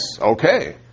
Okay